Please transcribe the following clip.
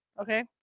okay